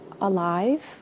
alive